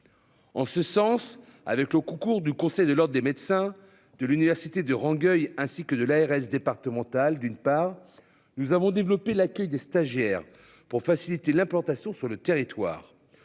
En ce sens avec le concours du Conseil de l'Ordre des médecins de l'université de Rangueil, ainsi que de l'ARS départemental d'une part, nous avons développé l'accueil des stagiaires pour faciliter l'implantation sur le territoire.